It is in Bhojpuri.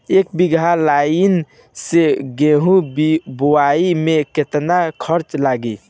एक बीगहा लाईन से गेहूं बोआई में केतना खर्चा लागी?